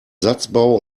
satzbau